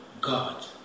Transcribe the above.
God